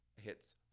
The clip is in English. hits